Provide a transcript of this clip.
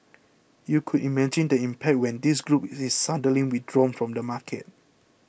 you could imagine the impact when this group is suddenly withdrawn from the market